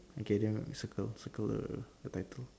okay then we circle circle the the title